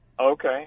Okay